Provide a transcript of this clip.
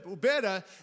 better